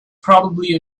probably